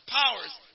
powers